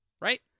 right